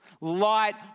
Light